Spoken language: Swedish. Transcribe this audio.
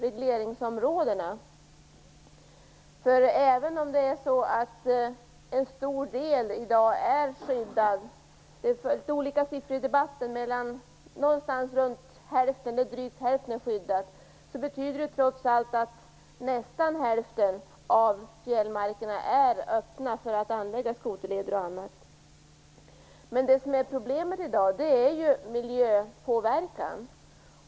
Även om en stor del av områdena, drygt hälften, i dag är skyddade - det har förekommit olika siffror i debatten - betyder det trots allt att nästan hälften av fjällmarkerna är öppna för anläggning av skoterleder och annat. Men problemet i dag är ju miljöpåverkan.